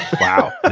Wow